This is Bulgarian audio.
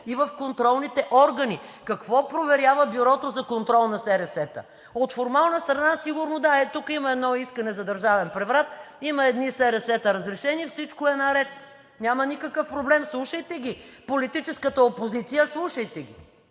и в контролните органи: какво проверява Бюрото за контрол на СРС-та? От формална страна сигурно, да. Ей тук има едно искане за държавен преврат, има едни разрешени СРС-та и всичко е наред. Няма никакъв проблем – слушайте ги, политическата опозиция – слушайте ги,